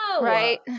right